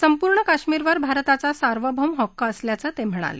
संपूर्ण काश्मीरवर भारताचा सार्वभौम हक्क असल्याचं ते म्हणाले